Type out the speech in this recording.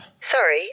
Sorry